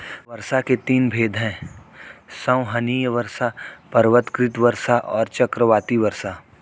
वर्षा के तीन भेद हैं संवहनीय वर्षा, पर्वतकृत वर्षा और चक्रवाती वर्षा